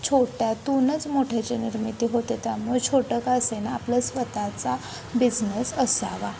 छोट्यातूनच मोठ्याची निर्मिती होते त्यामुळे छोटं का असे ना आपलं स्वतःचा बिझनेस असावा